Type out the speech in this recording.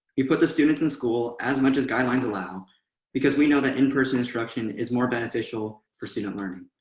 you put the students in school as much as guidelines allow because we know that in person instruction is more beneficial for student learning.